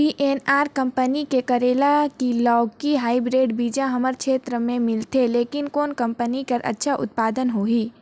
VNR company के करेला की लौकी हाईब्रिड बीजा हमर क्षेत्र मे मिलथे, लेकिन कौन कंपनी के अच्छा उत्पादन होही?